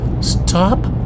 Stop